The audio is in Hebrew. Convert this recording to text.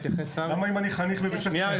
למה אם אני חניך בבית ספר --- שניה,